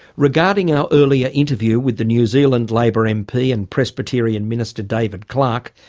regarding our earlier interview with the new zealand labour mp and presbyterian minister david clark,